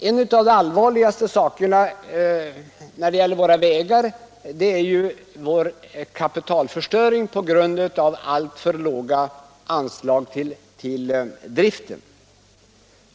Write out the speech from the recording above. En av de allvarligaste sakerna när det gäller våra vägar är ju den kapitalförstöring vägarna utsätts för på grund av alltför låga anslag till driften.